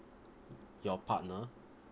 your partner